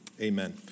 Amen